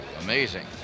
Amazing